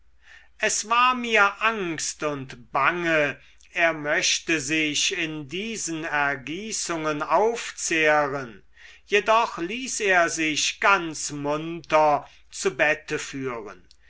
es war mir angst und bange er möchte sich in diesen ergießungen aufzehren jedoch ließ er sich ganz munter zu bette führen